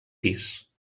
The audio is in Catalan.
pis